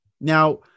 Now